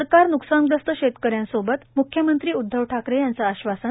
सरकार न्कसानग्रस्त शेतकऱ्यांसोबत मुख्यमंत्री उद्वव ठाकरे यांचे आश्वासन